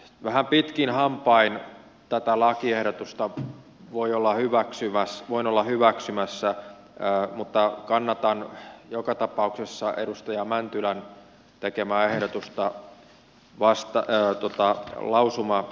vähän pitkin hampain tätä lakiehdotusta voin olla hyväksymässä mutta kannatan joka tapauksessa edustaja mäntylän tekemää ehdotusta lausumaehdotuksiksi